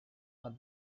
are